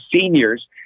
seniors